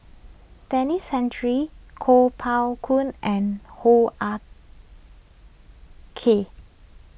Denis Santry Kuo Pao Kun and Hoo Ah Kay